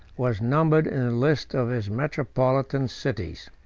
was numbered in the list of his metropolitan cities.